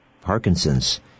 Parkinson's